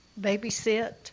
babysit